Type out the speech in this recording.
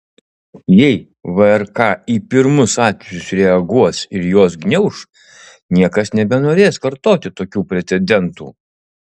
jei vrk į pirmus atvejus reaguos ir juos gniauš niekas nebenorės kartoti tokių precedentų